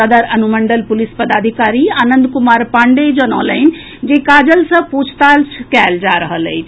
सदर अनुमंडल पुलिस पदाधिकारी आनंद कुमार पांडेय जनौलनि जे काजल सँ पूछताछ कयल जा रहल अछि